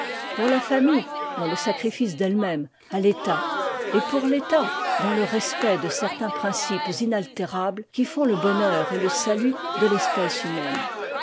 pour la famille dans le sacrifice deiie même à l'état et pour l'ëtat dans le respect de certains principes inaltérables qui font le bonheur et le salut de l'espèce humaine